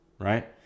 Right